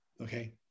Okay